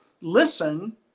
listen